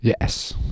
Yes